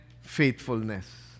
faithfulness